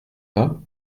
pas